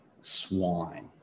Swine